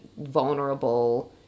vulnerable